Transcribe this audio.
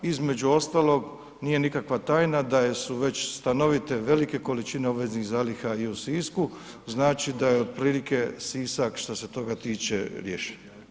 Između ostalog nije nikakva tajna da su već stanovite velike količine obveznih zaliha i u Sisku, znači da je otprilike Sisak što se toga tiče riješen.